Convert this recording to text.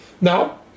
now